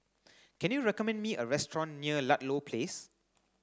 can you recommend me a restaurant near Ludlow Place